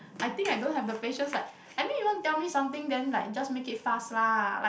I think I don't have the patience like I mean you want tell me something then like just make it fast lah like